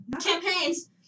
Campaigns